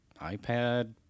iPad